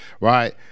right